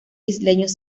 isleños